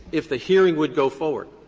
if the hearing would go forward,